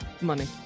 money